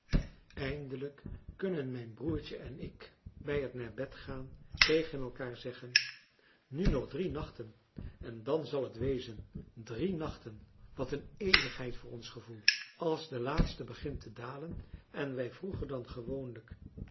eindelijk kunnen mijn broertje en ik bij het naar bed gaan tegen elkaar zeggen nu nog drie nachten en dan zal t wezen drie nachten wat een eeuwigheid voor ons gevoel als de laatste begint te dalen en wij vroeger dan gewoonlijk